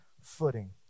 footing